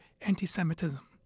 anti-semitism